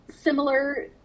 similar